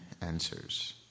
answers